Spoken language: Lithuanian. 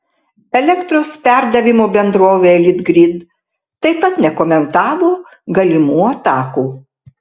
elektros perdavimo bendrovė litgrid taip pat nekomentavo galimų atakų